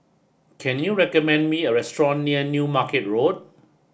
can you recommend me a restaurant near New Market Road